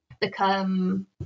become